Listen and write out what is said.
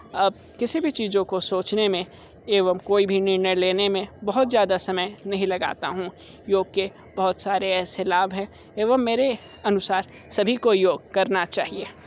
अब किसी भी चीज़ों को सोचने मे एवं कोई भी निर्णय लेने में बहुत ज़्यादा समय नहीं लगाता हूँ योग के बहुत सारे ऐसे लाभ हैं एवं मेरे अनुसार सभी को योग करना चाहिए